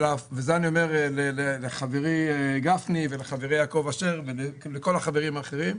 וזה אני אומר לחברי גפני ולחברי יעקב אשר ולכל החברים האחרים,